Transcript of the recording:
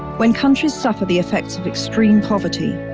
when countries suffer the effects of extreme poverty,